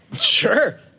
Sure